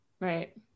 Right